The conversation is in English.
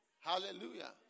Hallelujah